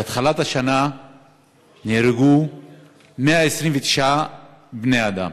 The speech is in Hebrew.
מהתחלת השנה נהרגו 129 בני-אדם,